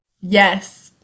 yes